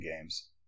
games